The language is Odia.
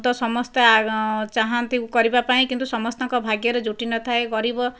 ତ ସମସ୍ତେ ଅ ଚାହାଁନ୍ତି କରିବା ପାଇଁ କିନ୍ତୁ ସମସ୍ତଙ୍କ ଭାଗ୍ୟରେ ଜୁଟିନଥାଏ ଗରିବ